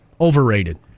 overrated